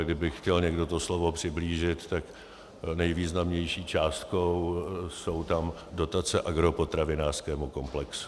Kdyby chtěl někdo to slovo přiblížit, tak nejvýznamnější částkou jsou tam dotace agropotravinářskému komplexu.